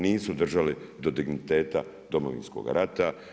Nisu držali do digniteta Domovinskoga rata.